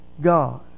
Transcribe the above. God